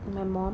my mom